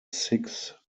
sixth